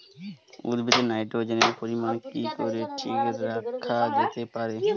উদ্ভিদে নাইট্রোজেনের পরিমাণ কি করে ঠিক রাখা যেতে পারে?